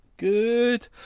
Good